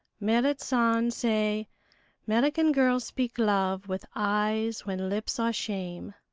merrit san say merican girl speak love with eyes when lips are shame.